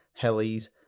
helis